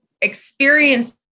experience